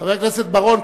חבר הכנסת בר-און,